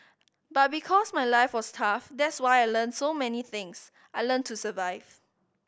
but because my life was tough that's why I learnt so many things I learnt to survive